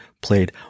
played